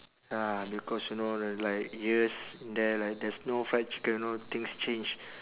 ya because you know l~ like years there like there's no fried chicken you know things change